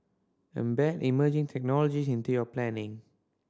embed emerging technology into your planning